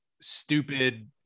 stupid